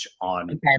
on